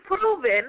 proven